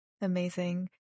Amazing